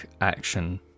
action